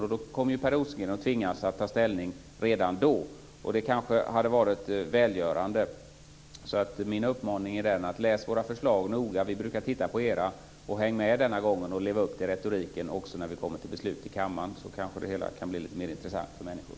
Redan då kommer Per Rosengren att tvingas att ta ställning, och det hade kanske varit välgörande. Min uppmaning är: Läs våra förslag noga - vi brukar titta på era - och häng med denna gång och lev upp till retoriken också när vi kommer till beslut i kammaren. Då kanske det hela kan bli lite mer intressant för människor.